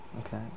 okay